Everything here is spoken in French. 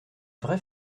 vraie